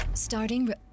starting